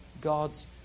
God's